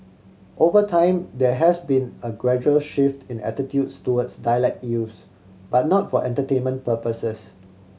over time there has been a gradual shift in attitudes towards dialect use but not for entertainment purposes